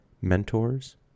mentors